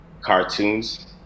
cartoons